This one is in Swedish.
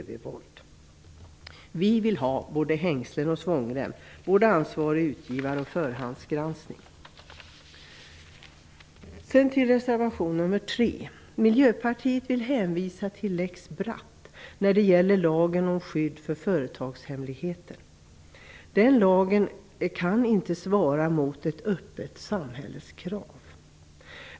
Vi vill ha både hängslen och svångrem, både ansvarig utgivare och förhandsgranskning. Sedan till reservation nr 3. Miljöpartiet vill hänvisa till Lex Bratt när det gäller lagen om skydd för företagshemligheter. Den lagen kan inte svara mot ett öppet samhälles krav.